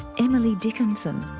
emily dickinson,